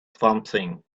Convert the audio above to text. something